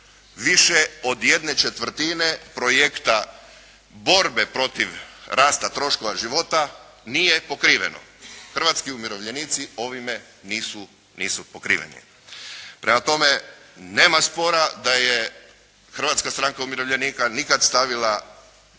Više od jedne četvrtine projekta borbe protiv rasta troškova života nije pokriveno. Hrvatski umirovljenici ovime nisu pokriveni. Prema tome, nema spora da je Hrvatska stranka umirovljenika nikad stavila